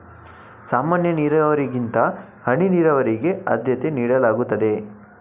ಸಾಮಾನ್ಯ ನೀರಾವರಿಗಿಂತ ಹನಿ ನೀರಾವರಿಗೆ ಆದ್ಯತೆ ನೀಡಲಾಗುತ್ತದೆ